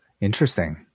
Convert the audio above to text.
Interesting